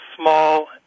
small